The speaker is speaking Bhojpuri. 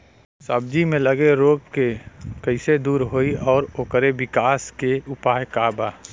सब्जी में लगल रोग के कइसे दूर होयी और ओकरे विकास के उपाय का बा?